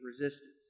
resistance